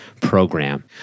Program